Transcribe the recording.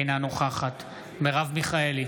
אינה נוכחת מרב מיכאלי,